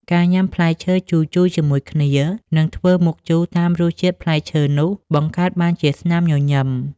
ការញ៉ាំផ្លែឈើជូរៗជាមួយគ្នា និងធ្វើមុខជូរតាមរសជាតិផ្លែឈើនោះ បង្កើតបានជាស្នាមញញឹម។